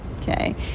okay